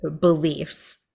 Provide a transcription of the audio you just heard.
beliefs